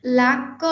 lack